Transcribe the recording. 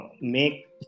make